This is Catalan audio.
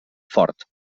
fort